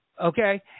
okay